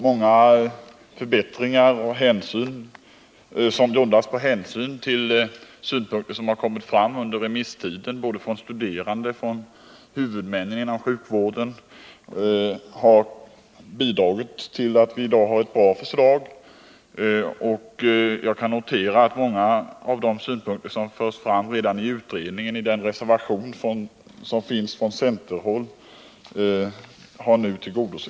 Många förbättringar grundas på hänsyn till synpunkter som kommit fram under remisstiden både från de studerande och från huvudmännen inom sjukvården, och det har bidragit till att vi i dag har ett bra förslag. Jag kan notera att många av de synpunkter som fördes fram från centerhåll redan i samband med utredningen har beaktats.